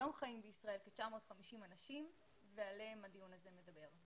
היום חיים בישראל כ-950 אנשים ועליהם הדיון הזה מדבר.